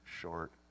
short